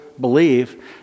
believe